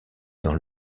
dans